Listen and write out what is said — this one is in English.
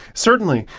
certainly.